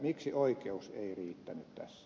miksi oikeus ei riittänyt tässä